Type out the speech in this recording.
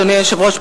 אדוני היושב-ראש.